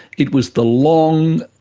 it was the long,